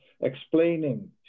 Explaining